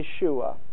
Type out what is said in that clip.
Yeshua